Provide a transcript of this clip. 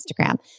Instagram